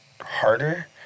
harder